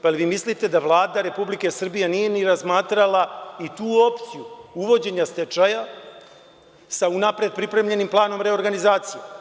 Pa jel vi mislite da Vlada RS nije ni razmatrala i tu opciju uvođenja stečaja sa unapred pripremljenim planom reorganizacije.